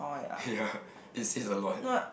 ya it says a lot